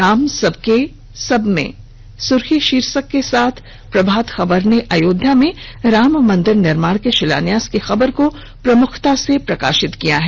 राम सबके सबमें सुर्खी शीर्षक के साथ प्रभात खबर ने अयोध्या में राम मंदिर निर्माण के शिलान्यास की खबर को प्रमुखता से प्रकाशित किया है